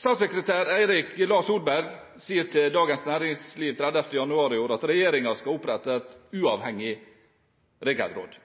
Statssekretær Eirik Lae Solberg sier til Dagens Næringsliv 30. januar i år at regjeringen «skal opprette et uavhengig regelråd».